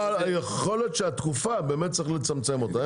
יכול להיות שהתקופה צריך באמת לצמצם אותה,